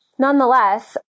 Nonetheless